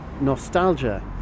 nostalgia